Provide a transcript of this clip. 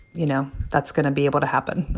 you know, that's going to be able to happen.